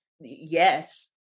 yes